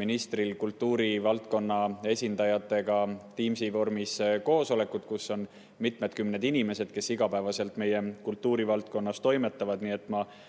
ministril kultuurivaldkonna esindajatega Teamsi vormis koosolekud, kus on mitukümmend inimest, kes igapäevaselt meie kultuurivaldkonnas toimetavad. Nii et